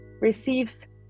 receives